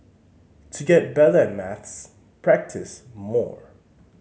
to get better at maths practise more